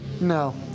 no